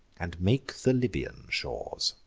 and make the libyan shores.